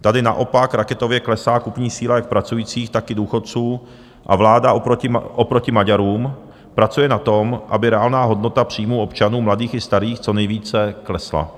Tady naopak raketově klesá kupní síla jak pracujících, tak i důchodců a vláda oproti Maďarům pracuje na tom, aby reálná hodnota příjmů občanů, mladých i starých, co nejvíce klesla.